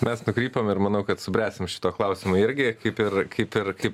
mes nukrypom ir manau kad subręsim šituo klausimu irgi kaip ir kaip ir kaip